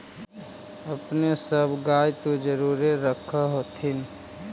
अपने सब गाय तो जरुरे रख होत्थिन?